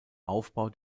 aufbau